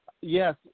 Yes